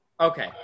Okay